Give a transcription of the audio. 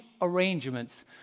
arrangements